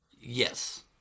Yes